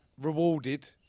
rewarded